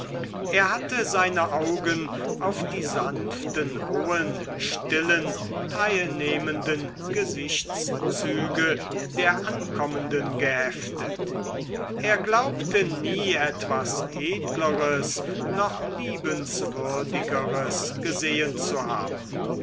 er hatte seine augen auf die sanften hohen stillen teilnehmenden gesichtszüge der ankommenden geheftet er glaubte nie etwas edleres noch liebenswürdigeres gesehen zu haben